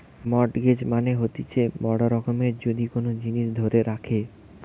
mortgage মানে হতিছে বড় রকমের যদি কোন জিনিস ধরে রাখে